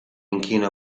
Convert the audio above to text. inchino